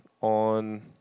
on